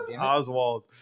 Oswald